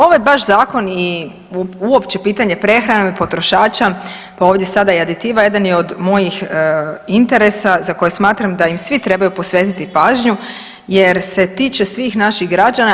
Ovo je baš zakon i uopće pitanje prehrane potrošača pa ovdje sada i aditiva jedan je od mojih interesa za koje smatram da im svi trebaju posvetiti pažnju jer se tiče svih naših građana.